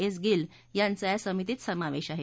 S Gill यांचा या समितीत समावेश आहे